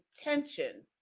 attention